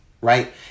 right